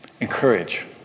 encourage